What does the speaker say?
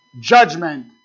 Judgment